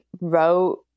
wrote